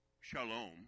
shalom